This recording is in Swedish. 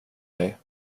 dig